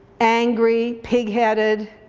angry, pigheaded,